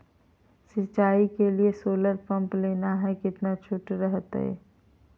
सिंचाई के लिए सोलर पंप लेना है कितना छुट रहतैय?